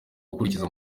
gukurikiza